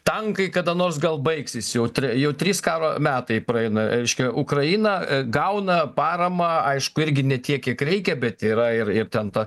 tankai kada nors gal baigsis jau jau trys karo metai praeina reiškia ukraina gauna paramą aišku irgi ne tiek kiek reikia bet yra ir ir ten ta